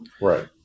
Right